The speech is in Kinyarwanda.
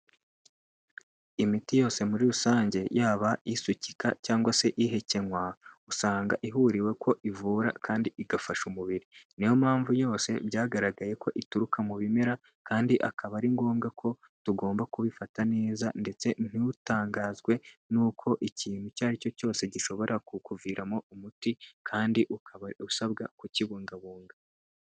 Imiti yose muri rusange yaba isukika cyangwa se ihekenywa usanga ihuriwe ko ivura kandi igafasha umubiri, niyo mpamvu yose byagaragaye ko ituruka mu bimera kandi akaba ari ngombwa ko tugomba kubifata neza ndetse ntutangazwe n'uko ikintu icyo ari cyo cyose gishobora kukuviramo umuti kandi ukaba usabwa kukibungabunga.